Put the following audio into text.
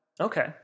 Okay